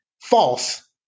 false